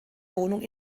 wohnung